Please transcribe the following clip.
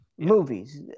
movies